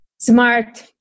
smart